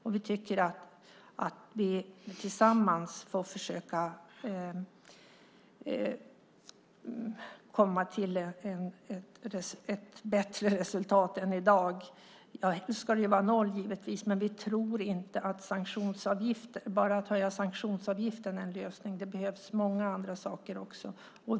Vi får försöka att tillsammans komma fram till ett bättre resultat än det som är i dag; helst ska det givetvis vara noll. Vi tror dock inte att enbart en höjning av sanktionsavgifterna löser problemet. Det behövs många andra saker också.